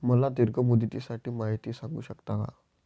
मला दीर्घ मुदतीसाठी माहिती सांगू शकता का?